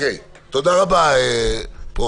"ובכלל זה תציג את עיקרי המגבלות שעומדות בתוקף באותה עת באופן